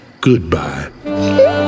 Goodbye